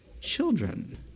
children